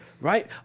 Right